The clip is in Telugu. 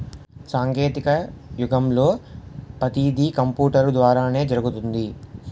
సాంకేతిక యుగంలో పతీది కంపూటరు ద్వారానే జరుగుతుంది